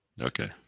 Okay